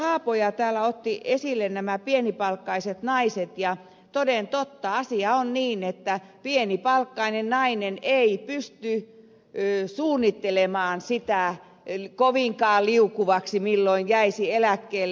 haapoja täällä otti esille nämä pienipalkkaiset naiset ja toden totta asia on niin että pienipalkkainen nainen ei pysty suunnittelemaan sitä kovinkaan liukuvaksi milloin jäisi eläkkeelle